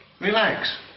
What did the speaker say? Relax